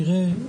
נראה,